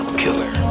killer